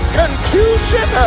confusion